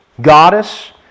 goddess